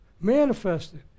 Manifested